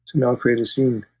now create a scene,